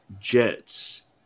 Jets